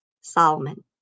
Solomon